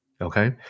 okay